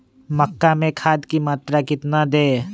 मक्का में खाद की मात्रा कितना दे?